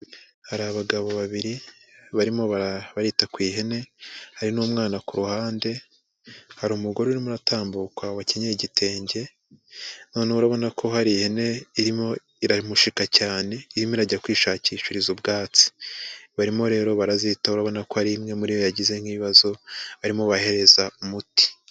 Hari abagabo babiri barimo barita ku ihene, hari n'umwana ku ruhande, hari umugore urimo uratambuka wakenyeye igitenge, noneho urabona ko hari ihene irimo iramushika cyane, irimo irajya kwishakishiriza ubwatsi, barimo rero barazitaho, urababona ko hari imwe muri zo yagize nk'ibibazo barimo barahereza umuti.